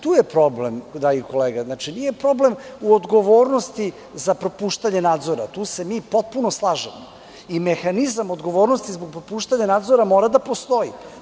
Tu je problem, dragi kolega, znači nije problem u odgovornosti za propuštanje nadzora, tu se mi potpuno slažemo, i mehanizam odgovornosti zbog propuštanja nadzora mora da postoji.